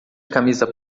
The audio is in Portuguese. camisa